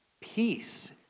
Peace